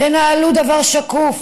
תנהלו דבר שקוף.